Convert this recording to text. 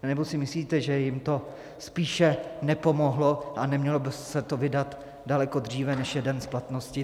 Anebo si myslíte, že jim to spíše nepomohlo, a nemělo by se to vydat daleko dříve, než je den splatnosti DPH?